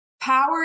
Power